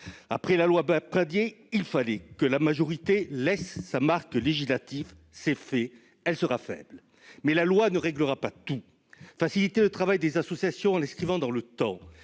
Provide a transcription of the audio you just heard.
Après la loi Pradié, il fallait que la majorité laisse sa marque législative. C'est fait- elle sera faible. Mais la loi ne réglera pas tout. Faciliter le travail des associations en l'inscrivant dans le temps,